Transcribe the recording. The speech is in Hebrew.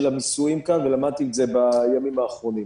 המיסויים כאן ולמדתי את זה בימים האחרונים.